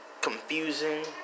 confusing